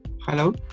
Hello